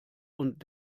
und